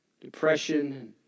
depression